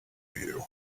you